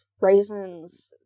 raisins